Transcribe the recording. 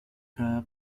cada